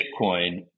Bitcoin